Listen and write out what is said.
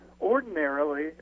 Ordinarily